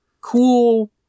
cool